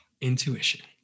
Intuition